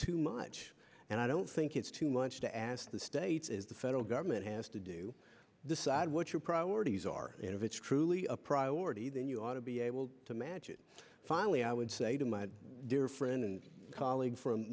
too much and i don't think it's too much to ask the states is the federal government has to do decide what your priorities are and if it's truly a priority then you ought to be able to match it finally i would say to my dear friend and colleague from